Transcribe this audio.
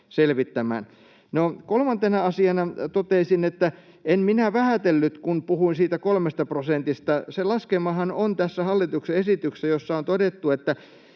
kolmantena asiana toteaisin, että en minä vähätellyt, kun puhuin siitä 3 prosentista. Se laskelmahan on tässä hallituksen esityksessä, jossa on todettu, että